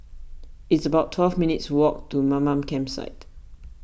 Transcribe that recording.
it's about twelve minutes' walk to Mamam Campsite